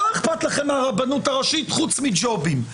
לא אכפת לכם מהרבנות הראשית חוץ מג'ובים,